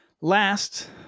Last